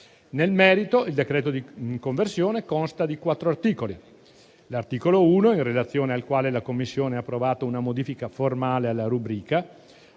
Nel merito, il disegno di legge di conversione consta di quattro articoli. L'articolo 1, in relazione al quale la Commissione ha approvato una modifica formale alla rubrica